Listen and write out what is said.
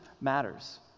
matters